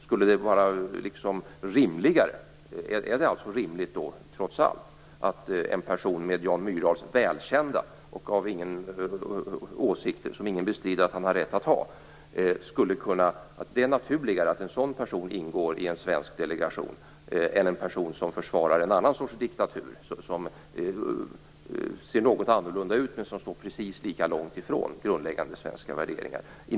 Är det då trots allt naturligare att en sådan person som Jan Myrdal med hans välkända åsikter - som ingen bestrider att han har rätt att ha - ingår i en svensk delegation än en person som försvarar en annan sorts diktatur som ser något annorlunda ut men som står precis lika långt ifrån grundläggande svenska värderingar?